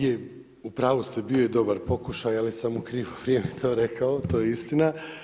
Je, u pravu ste bio je dobar pokušaj, ali sam u krivo vrijeme to rekao, to je istina.